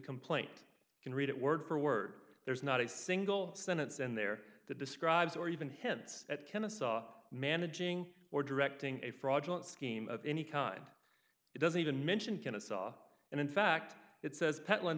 complaint can read it word for word there's not a single sentence in there that describes or even hints at kennesaw managing or directing a fraudulent scheme of any kind it doesn't even mention can it saw and in fact it says pet